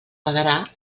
pagarà